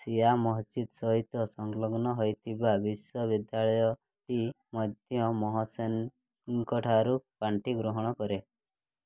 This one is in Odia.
ଶିଆ ମସ୍ଜିଦ୍ ସହିତ ସଂଲଗ୍ନ ହେଇଥିବା ବିଶ୍ୱବିଦ୍ୟାଳୟଟି ମଧ୍ୟ ମୋହ୍ସେନଙ୍କଠାରୁ ପାଣ୍ଠି ଗ୍ରହଣ କରେ